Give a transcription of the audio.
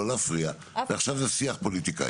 לא להפריע, עכשיו זה שיח פוליטיקאים.